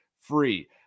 free